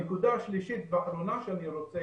הנקודה השלישית והאחרונה שאני רוצה